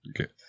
Okay